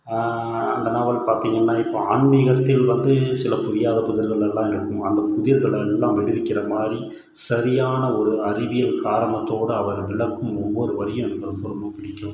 அந்த நாவல் பார்த்திங்கனா இப்போ ஆன்மிகத்தில் வந்து சில புரியாத புதிர்கள் எல்லாம் இருக்குமாம் அந்த புதிர்கள் எல்லாம் விடுவிக்கிற மாதிரி சரியான ஒரு அறிவியல் காரணத்தோடு அவர் விளக்கும் ஒவ்வொரு வரியும் எனக்கு ரொம்ப ரொம்ப பிடிக்கும்